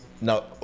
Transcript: No